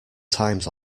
times